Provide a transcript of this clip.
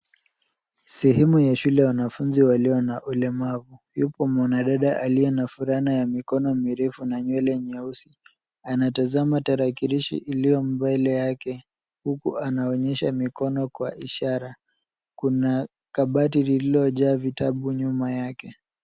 Sehemu ya shule ya wanafunzi walio na ulemavu. Yupo mwanadada aliye na fulana ya mikono mirefu na nywele nyeusi. Anatazama tarakilishi iliyo mbele yake huku anaonyesha mikono kwa ishara. Kuna kabati lililojaa vitabu nyuma yake.